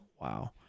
Wow